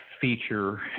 feature